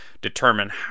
determine